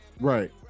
right